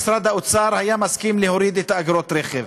אם משרד האוצר היה מסכים להוריד את אגרות הרכב.